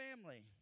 family